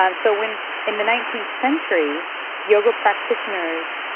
um so when in the nineteenth century yoga practitioners,